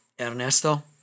Ernesto